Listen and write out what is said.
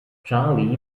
charlie